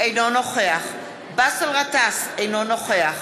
אינו נוכח באסל גטאס, אינו נוכח